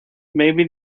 maybe